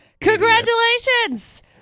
Congratulations